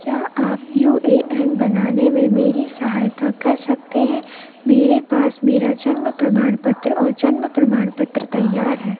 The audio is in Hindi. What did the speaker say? क्या आप यू ए एन बनाने में मेरी सहायता कर सकते हैं मेरे पास मेरा जन्म प्रमाण पत्र और जन्म प्रमाण पत्र तैयार है